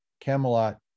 Camelot